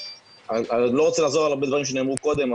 אני לא רוצה על הרבה דברים שנאמרו קודם,